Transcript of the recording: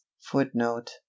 footnote